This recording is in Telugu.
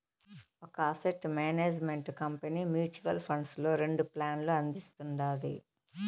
ఒక asset management company mutual funds లో రెండు ప్లాన్లు అందిస్తుండాది